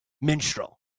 minstrel